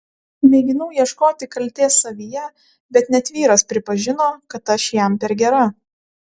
mėginau ieškoti kaltės savyje bet net vyras pripažino kad aš jam per gera